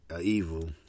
evil